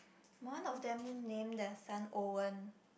one of them named the son Owen